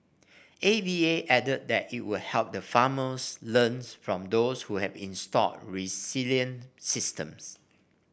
A V A added that it will help the farmers learn from those who have installed resilient systems